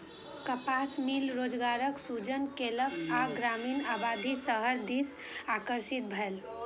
कपास मिल रोजगारक सृजन केलक आ ग्रामीण आबादी शहर दिस आकर्षित भेल